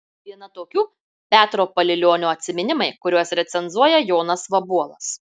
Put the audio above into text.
viena tokių petro palilionio atsiminimai kuriuos recenzuoja jonas vabuolas